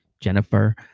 Jennifer